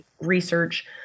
research